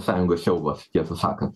sąjungos siaubas tiesą sakant